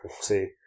see